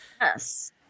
Yes